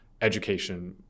education